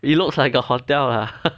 it looks like a hotel ah